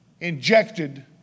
injected